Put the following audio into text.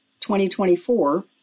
2024